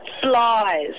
Flies